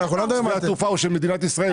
שדה התעופה הוא של מדינת ישראל,